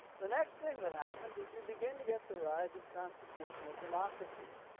the next thing that happens is you begin to get the rise of constitutional democracies,